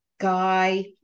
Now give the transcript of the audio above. guy